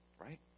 Right